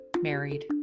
married